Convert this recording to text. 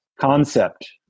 concept